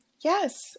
Yes